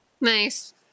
Nice